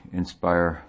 inspire